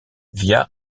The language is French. via